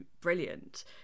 brilliant